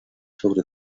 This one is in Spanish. sobre